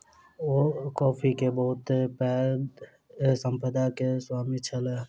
ओ coffee के बहुत पैघ संपदा के स्वामी छलाह